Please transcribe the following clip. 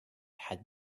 had